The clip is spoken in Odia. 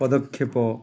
ପଦକ୍ଷେପ